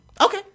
Okay